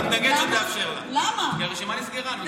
אני מתנגד שתאפשר לה, כי הרשימה נסגרה.